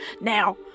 Now